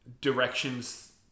directions